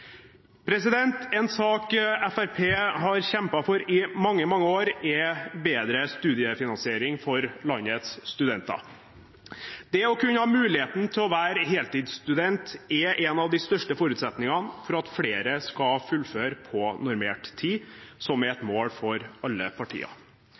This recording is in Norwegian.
En sak Fremskrittspartiet har kjempet for i mange år, er bedre studiefinansiering for landets studenter. Det å kunne ha mulighet til å være heltidsstudent er en av de største forutsetningene for at flere skal fullføre på normert tid, noe som er et mål for alle